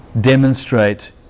demonstrate